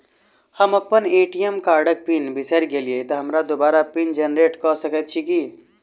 हम अप्पन ए.टी.एम कार्डक पिन बिसैर गेलियै तऽ हमरा दोबारा पिन जेनरेट कऽ सकैत छी की?